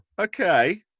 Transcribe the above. okay